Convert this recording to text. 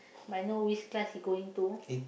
but I know which class he going to